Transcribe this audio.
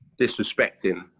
disrespecting